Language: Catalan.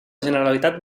generalitat